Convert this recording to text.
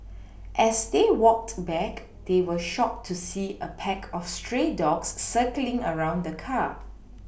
as they walked back they were shocked to see a pack of stray dogs circling around the car